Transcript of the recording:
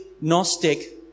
Gnostic